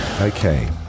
okay